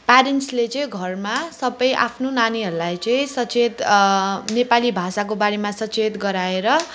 प्यारेन्ट्सले चाहिँ घरमा सबै आफ्नो नानीहरूलाई चाहिँ सचेत नेपाली भाषाको बारेमा सचेत गराएर